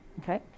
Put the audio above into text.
okay